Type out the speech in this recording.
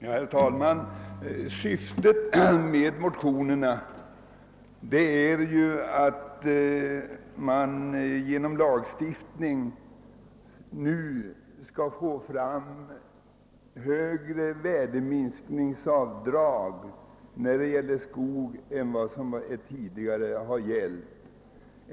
Herr talman! Syftet med motionerna är att genom lagstiftning åstadkomma högre värdeminskningsavdrag för skog.